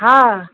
हा